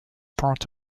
part